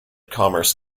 commerce